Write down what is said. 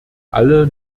alle